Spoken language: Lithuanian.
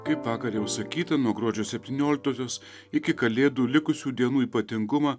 kaip vakar jau sakyta nuo gruodžio septynioliktosios iki kalėdų likusių dienų ypatingumą